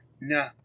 No